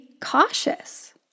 cautious